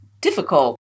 difficult